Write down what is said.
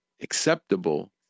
acceptable